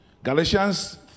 Galatians